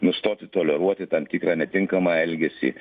nustoti toleruoti tam tikrą netinkamą elgesį